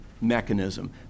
mechanism